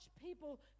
people